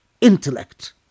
intellect